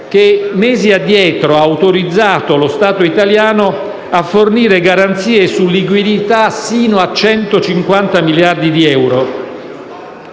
che mesi addietro ha autorizzato lo Stato italiano a fornire garanzie su liquidità sino a 150 miliardi di euro.